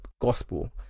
gospel